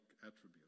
attribute